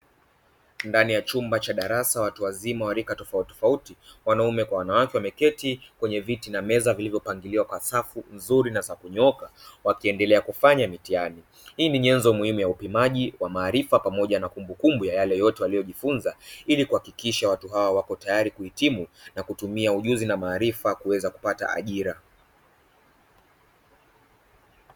Ndani ya chumba cha darasa watu wazima wa rika tofauti tofauti wanaume kwa wanawake, wameketi kwenye viti na meza zilizopangiliwa kwa safu nzuri na za kunyooka wakiendelea kufanya mitihani. Hii ni nyenzo muhimu ya upimaji wa maarifa pamoja na kumbukumbu ya yale yote waliojifunza, ili kuhakikisha watu hawa wapo tayari kuhitimu na kutumia ujuzi na maarifa kuweza kupata ajira.